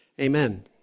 Amen